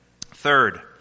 third